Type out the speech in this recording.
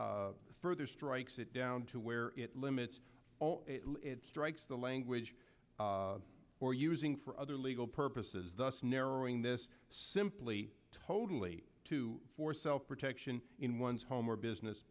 this further strike sit down to where it limits strikes the language for using for other legal purposes thus narrowing this simply totally to for self protection in one's home or business